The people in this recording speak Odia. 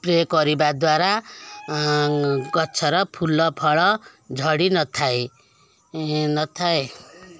ସ୍ପ୍ରେ କରିବା ଦ୍ୱାରା ଗଛର ଫୁଲ ଫଳ ଝଡ଼ି ନଥାଏ ନଥାଏ